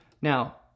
Now